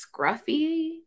scruffy